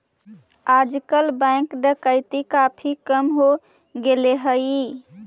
आजकल बैंक डकैती काफी कम हो गेले हई